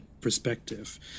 perspective